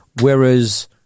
Whereas